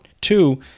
two